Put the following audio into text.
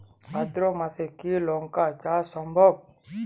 ভাদ্র মাসে কি লঙ্কা চাষ সম্ভব?